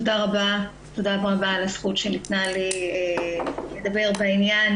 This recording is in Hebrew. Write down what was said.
תודה רבה על הזכות שניתנה לי לדבר בעניין.